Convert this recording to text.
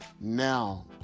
now